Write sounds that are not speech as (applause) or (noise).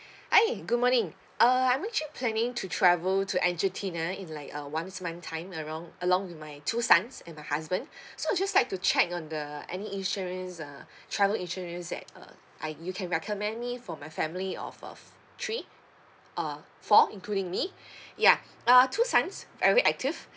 hi good morning uh I'm actually planning to travel to argentina in like uh one months time around along with my two sons and my husband (breath) so I just like to check on the uh any insurance uh (breath) travel insurance that uh I you can recommend me for my family of uh three uh four including me (breath) ya uh two sons very active